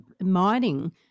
mining